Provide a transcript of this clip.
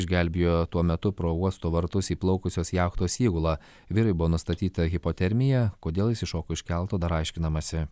išgelbėjo tuo metu pro uosto vartus įplaukusios jachtos įgula vyrui buvo nustatyta hipotermija kodėl jis iššoko iš kelto dar aiškinamasi